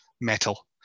Metal